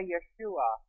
Yeshua